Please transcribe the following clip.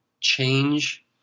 change